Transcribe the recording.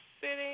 Sitting